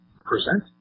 present